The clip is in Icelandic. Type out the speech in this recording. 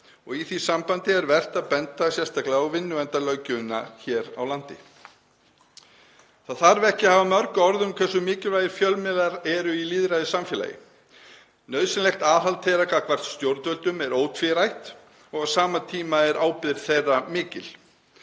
Í því sambandi er vert að benda sérstaklega á vinnuverndarlöggjöfina hér á landi. Það þarf ekki að hafa mörg orð um hversu mikilvægir fjölmiðlar eru í lýðræðissamfélagi. Nauðsynlegt aðhald þeirra gagnvart stjórnvöldum er ótvírætt og á sama tíma er ábyrgð þeirra mikil.